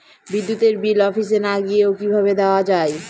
বিদ্যুতের বিল অফিসে না গিয়েও কিভাবে দেওয়া য়ায়?